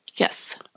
Yes